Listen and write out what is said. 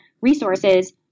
resources